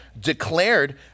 declared